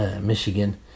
Michigan